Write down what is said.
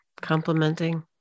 Complimenting